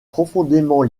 profondément